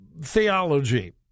theology